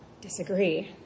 disagree